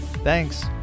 Thanks